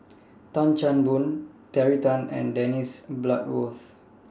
Tan Chan Boon Terry Tan and Dennis Bloodworth